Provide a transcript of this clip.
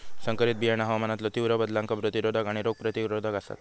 संकरित बियाणा हवामानातलो तीव्र बदलांका प्रतिरोधक आणि रोग प्रतिरोधक आसात